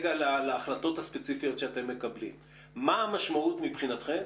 באב"ד, מה המשמעות מבחינתכם